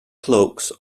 cloaks